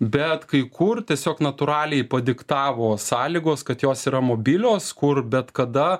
bet kai kur tiesiog natūraliai padiktavo sąlygos kad jos yra mobilios kur bet kada